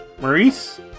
Maurice